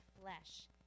flesh